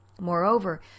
Moreover